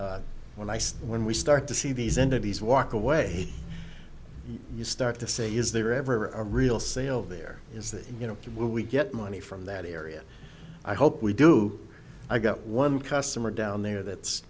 but when i say when we start to see these entities walk away you start to say is there ever a real sale there is that you know where we get money from that area i hope we do i got one customer down there that's